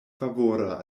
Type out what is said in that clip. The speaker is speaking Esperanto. favora